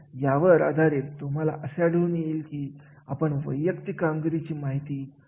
तर म्हणून आपल्याला अशा समिती विषयी बोलायचे असते तेव्हा त्यांचे ज्ञान कौशल्य अनुभव जबाबदारी हे अतिशय महत्त्वाचे ठरत असतात